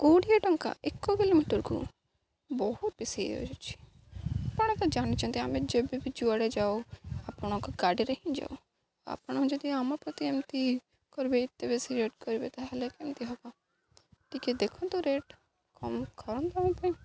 କୋଡ଼ିଏ ଟଙ୍କା ଏକ କିଲୋମିଟରକୁ ବହୁ ବେଶୀ ହେଇଯାଉଛି ଆପଣ ତ ଜାଣିଛନ୍ତି ଆମେ ଯେବେ ବି ଯୁଆଡ଼େ ଯାଉ ଆପଣଙ୍କ ଗାଡ଼ିରେ ହିଁ ଯାଉ ଆପଣ ଯଦି ଆମ ପ୍ରତି ଏମିତି କରିବେ ଏତେ ବେଶୀ ରେଟ୍ କରିବେ ତା'ହେଲେ କେମିତି ହବ ଟିକେ ଦେଖନ୍ତୁ ରେଟ୍ କମ୍ ଖରମ ଦବା ପାଇଁ